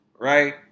Right